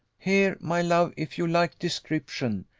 here, my love, if you like description,